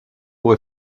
pour